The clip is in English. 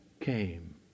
came